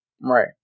Right